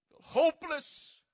Hopeless